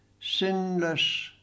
sinless